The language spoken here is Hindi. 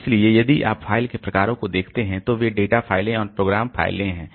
इसलिए यदि आप फ़ाइल के प्रकारों को देखते हैं तो वे डेटा फाइलें और प्रोग्राम फाइलें हैं